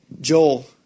Joel